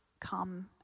come